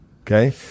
Okay